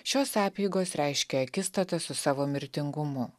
šios apeigos reiškia akistatą su savo mirtingumu